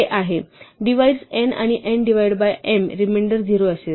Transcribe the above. तर m divides n आणि n divide by m remainder 0 असेल